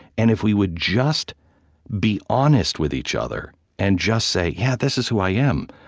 and if we would just be honest with each other and just say, yeah, this is who i am,